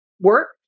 work